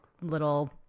little